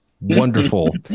Wonderful